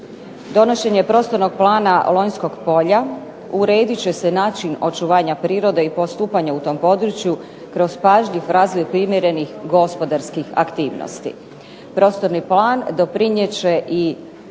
Donošenje Prostornog plana Lonjskog polja uredit će se način očuvanja prirode i postupanje u tom području kroz pažljiv razvoj primjerenih gospodarskih aktivnosti. Prostorni plan doprinijet će i